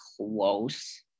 close